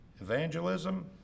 Evangelism